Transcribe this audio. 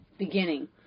beginning